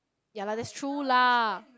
ya lah that's true lah